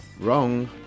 Wrong